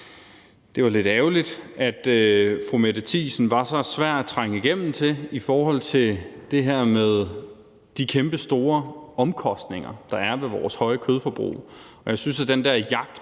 det var lidt ærgerligt, at fru Mette Thiesen var så svær at trænge igennem til i forhold til det her med de kæmpestore omkostninger, der er ved vores høje kødforbrug.